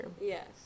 Yes